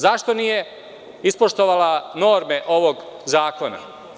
Zašto Vlada nije ispoštovala norme ovog zakona?